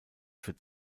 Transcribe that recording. für